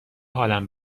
حالم